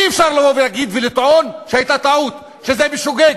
אי-אפשר לבוא ולטעון שהייתה טעות, שזה בשוגג.